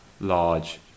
large